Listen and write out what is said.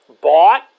Bought